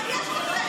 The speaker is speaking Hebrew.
מה יש לכם?